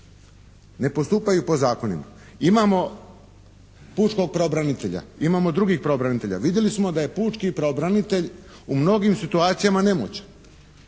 ne postupaju po zakonima. Imamo pučkog pravobranitelja, imamo drugih pravobranitelja. Vidjeli smo da je pučki pravobranitelj u mnogim situacijama nemoćan.